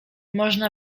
można